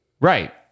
Right